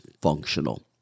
functional